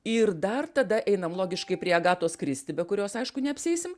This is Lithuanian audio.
ir dar tada einam logiškai prie agatos kristi be kurios aišku neapsieisim